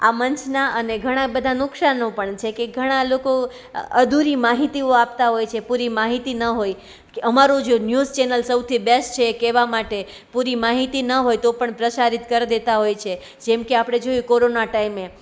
આ મંચના અને ઘણા બધા નુકસાનો પણ છે કે ઘણા લોકો અધૂરી માહિતીઓ આપતા હોય છે પૂરી માહિતી ન હોય કે અમારું જે ન્યુઝ ચેનલ સૌથી બેસ્ટ છે કેવા માટે પૂરી માહિતી ન હોય તો પણ પ્રસારીત કર દેતા હોય છે જેમ કે આપણે જોઈએ કોરોના ટાઈમે